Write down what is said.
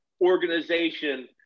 organization